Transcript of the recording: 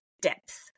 depth